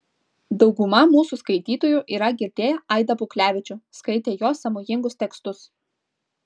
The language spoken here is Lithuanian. dauguma mūsų skaitytojų yra girdėję aidą puklevičių skaitę jo sąmojingus tekstus